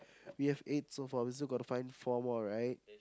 we have eight so far we still gotta find four more right